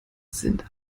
sind